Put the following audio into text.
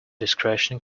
discretion